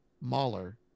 Mahler